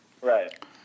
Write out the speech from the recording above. Right